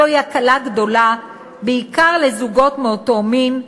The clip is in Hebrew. זוהי הקלה גדולה בעיקר לזוגות מאותו מין,